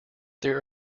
there